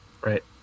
right